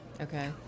Okay